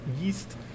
yeast